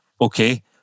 Okay